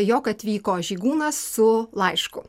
jog atvyko žygūnas su laišku